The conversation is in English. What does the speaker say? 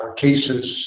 cases